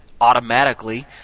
automatically